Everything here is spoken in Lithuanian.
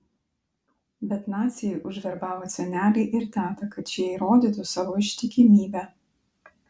bet naciai užverbavo senelį ir tetą kad šie įrodytų savo ištikimybę